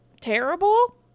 terrible